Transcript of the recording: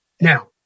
Now